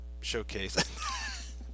showcase